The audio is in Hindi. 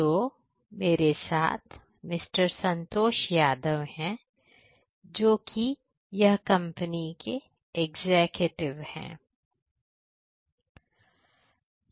तो मेरे साथ मिस्टर संतोष यादव हैं जो कि यह कंपनी के एग्जीक्यूटिव है